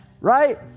right